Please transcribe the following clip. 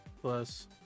plus